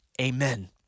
Amen